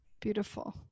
beautiful